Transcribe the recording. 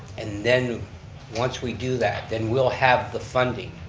and then once we do that then we'll have the funding